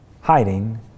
Hiding